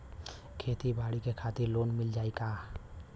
खेती बाडी के खातिर लोन मिल जाई किना?